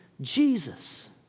Jesus